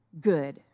good